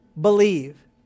Believe